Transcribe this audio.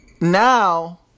now